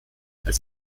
als